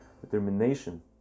determination